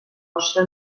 nostre